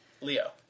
Leo